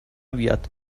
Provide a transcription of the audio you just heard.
بیاد